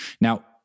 Now